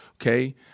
okay